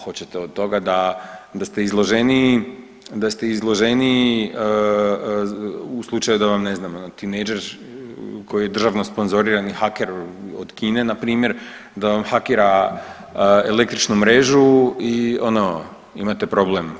Hoćete od toga da, da ste izloženiji, da ste izloženiji u slučaju da vam ne znam tinejdžer koji je državno sponzorirani haker od Kine npr. da vam hakira električnu mrežu i ono imate problem.